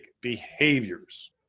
behaviors